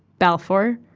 balfour,